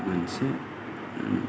मोनसे